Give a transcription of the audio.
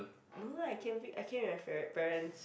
no lah I camping I camp with my par~ parents